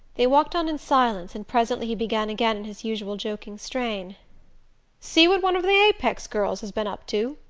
they walked on in silence, and presently he began again in his usual joking strain see what one of the apex girls has been up to?